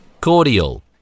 Cordial